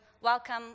welcome